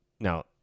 Now